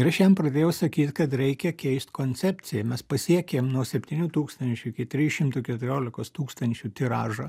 ir aš jam pradėjau sakyt kad reikia keist koncepciją mes pasiekėm nuo septynių tūkstančių iki trijų šimtų keturiolikos tūkstančių tiražą